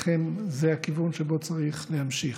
לכן, זה הכיוון שבו צריך להמשיך.